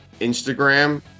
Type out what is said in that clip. instagram